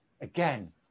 again